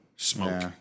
Smoke